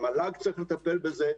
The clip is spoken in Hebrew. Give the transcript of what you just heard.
גם המל"ג צריך לטפל בזה,